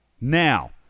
Now